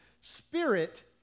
spirit